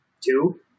two